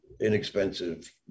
inexpensive